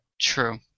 True